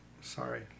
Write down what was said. Sorry